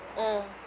mm